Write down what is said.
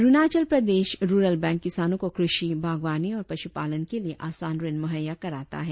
Arunachal Pradesh rural bank किसानों को कृषि बागवानी और पशुपालन के लिए आसान ऋण मुहैया कराता है